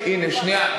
זאת השמצה.